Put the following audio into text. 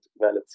valid